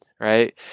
right